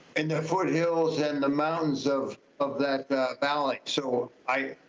and the foothills and the mountains of of that balance. so i,